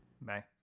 bye